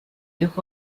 took